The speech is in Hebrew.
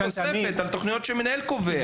על תכניות שהמנהל קובע.